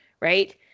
right